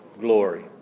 Glory